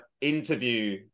interview